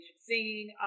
singing